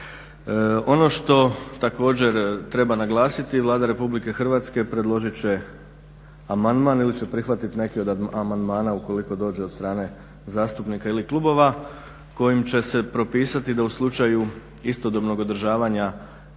Ono što također treba naglasiti Vlada Republike Hrvatske predložit će amandman ili će prihvatiti neki od amandmana ukoliko dođe od strane zastupnika ili klubova kojim će se propisati da u slučaju istodobnog održavanja